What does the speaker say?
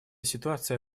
ситуация